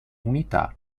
unità